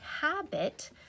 habit